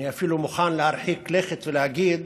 אני אפילו מוכן להרחיק לכת ולהגיד